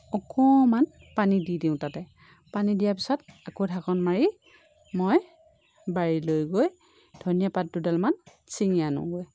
অকণমান পানী দি দিওঁ তাতে পানী দিয়াৰ পিছত আকৌ ঢাকোন মাৰি মই বাৰীলৈ গৈ ধনীয়া পাত দুডালমান চিঙি আনোগৈ